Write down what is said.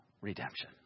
redemption